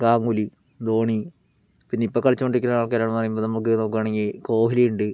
ഗാംഗുലി ധോണി പിന്നെയിപ്പോൾ കളിച്ചു കൊണ്ടിരിക്കുന്ന ആൾക്കാരാണ് പറയുമ്പോൾ നമുക്ക് നോക്കുകയാണെങ്കിൽ കോഹ്ലി ഉണ്ട്